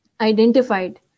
identified